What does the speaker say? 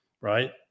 right